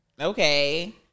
Okay